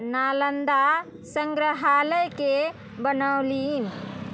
नालन्दा सङ्ग्रहालय के बनौलनि